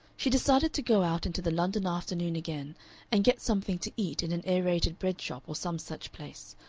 she decided to go out into the london afternoon again and get something to eat in an aerated bread shop or some such place,